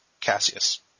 Cassius